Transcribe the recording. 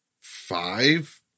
five